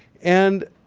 and